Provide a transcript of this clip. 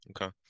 Okay